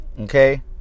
Okay